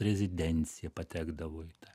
rezidencija patekdavo į tą